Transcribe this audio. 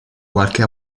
qualche